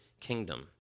kingdom